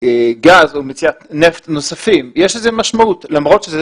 גז או מציאת נפט נוספים ויש לזה משמעות למרות שזה